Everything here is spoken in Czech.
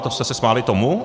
To jste se smáli tomu?